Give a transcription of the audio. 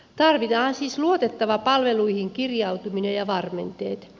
tarvitaan siis luotettava palveluihin kirjautuminen ja varmenteet